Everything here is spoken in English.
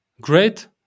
great